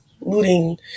looting